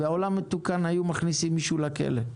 בעולם מתוקן היו מכניסים מישהו לכלא.